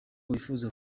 wifuza